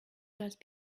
just